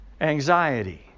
anxiety